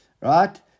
Right